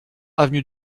avenue